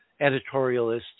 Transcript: editorialists